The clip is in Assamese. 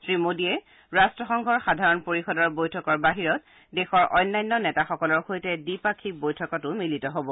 শ্ৰীমোডীয়ে ৰাট্টসংঘৰ সাধাৰণ পৰিষদৰ বৈঠকৰ বাহিৰত অন্যান্য দেশৰ নেতাসকলৰ সৈতে দ্বিপাক্ষিক বৈঠকত মিলিত হ'ব